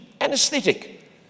anesthetic